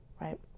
right